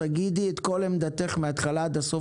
תגידי את כל עמדתך מהתחלה ועד הסוף,